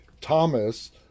thomas